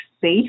safe